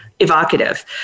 Evocative